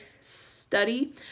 study